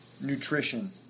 nutrition